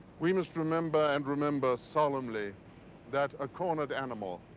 we must remember and remember solemnly that a cornered animal